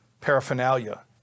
paraphernalia